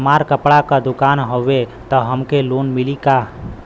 हमार कपड़ा क दुकान हउवे त हमके लोन मिली का?